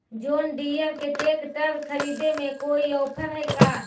जोन Deere के tractor खरिदे में कोई औफर है का?